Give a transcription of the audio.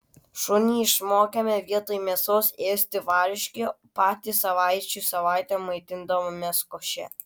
šunį išmokėme vietoj mėsos ėsti varškę patys savaičių savaitėm maitindavomės koše